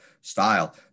style